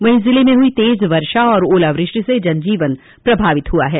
वहीं ज़िले में हुई तेज वर्षा और ओलावृष्टि से जनजीवन प्रभावित हुआ है